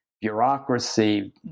bureaucracy